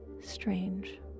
strange